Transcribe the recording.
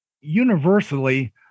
Universally